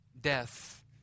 death